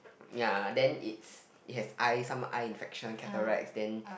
ya then it it has eye some eye infection cauterize then